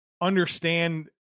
understand